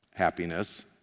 Happiness